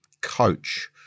coach